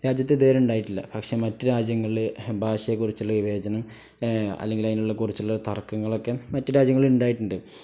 രാജ്യത്ത് ഇതുവരെ ഉണ്ടായിട്ടില്ല പക്ഷെ മറ്റു രാജ്യങ്ങളിൽ ഭാഷയെക്കുറിച്ചുള്ള വിവേചനം അല്ലെങ്കിൽ അതിനുള്ള കുറിച്ചുള്ള തർക്കങ്ങളൊക്കെ മറ്റു രാജ്യങ്ങളിൽ ഉണ്ടായിട്ടുണ്ട്